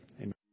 Amen